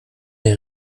der